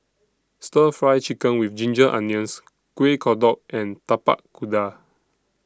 Stir Fry Chicken with Ginger Onions Kuih Kodok and Tapak Kuda